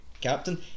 captain